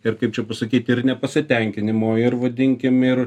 ir kaip čia pasakyti ir nepasitenkinimo ir vadinkim ir